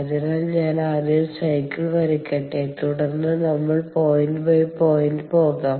അതിനാൽ ഞാൻ ആദ്യം സൈക്കിൾ വരയ്ക്കട്ടെ തുടർന്ന് നമുക്ക് പോയിന്റ് ബൈ പോയിന്റ് പോകാം